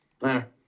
Later